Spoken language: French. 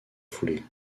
foulée